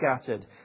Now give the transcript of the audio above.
scattered